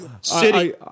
city